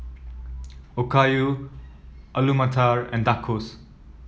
Okayu Alu Matar and Tacos